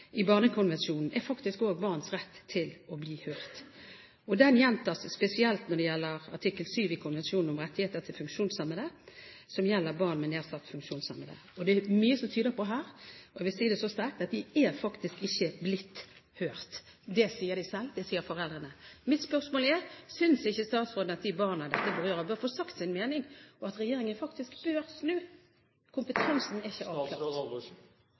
i Barnekonvensjonen er faktisk barns rett til å bli hørt. Det gjentas spesielt i artikkel 7 i konvensjonen om rettigheter til funksjonshemmede, som gjelder barn med nedsatt funksjonsevne. Det er mye her som tyder på – jeg vil si det så sterkt – at de faktisk ikke er blitt hørt. Det sier de selv, og det sier foreldrene. Mitt spørsmål er: Synes ikke statsråden at de barna dette berører, bør få si sin mening, og at regjeringen faktisk bør snu? Kompetansen er ikke